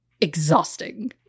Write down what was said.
exhausting